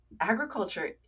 Agriculture